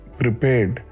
prepared